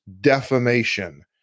defamation